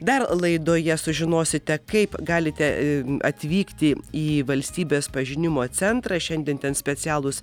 dar laidoje sužinosite kaip galite atvykti į valstybės pažinimo centrą šiandien ten specialūs